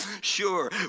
Sure